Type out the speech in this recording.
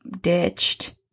ditched